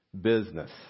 business